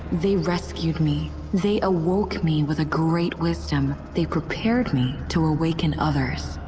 they rescued me. they awoke me with a great wisdom. they prepared me to awaken others.